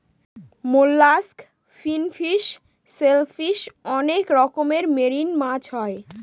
mollusc, finfish, shellfish অনেক রকমের marine মাছ হয়